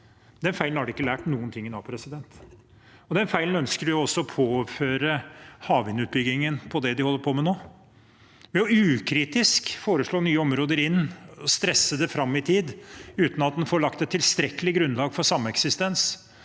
Den feilen har de ikke lært noen ting av, og den feilen ønsker de også å påføre havvindutbyggingen i det de holder på med nå – ved ukritisk å foreslå nye områder og stresse det fram i tid, uten at en får lagt et tilstrekkelig grunnlag for sameksistens,